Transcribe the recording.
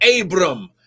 Abram